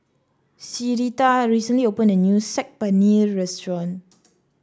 Syreeta recently opened a new Saag Paneer Restaurant